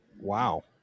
Wow